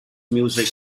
music